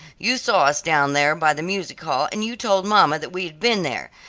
you saw us down there by the music hall and you told mamma that we had been there.